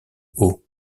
haut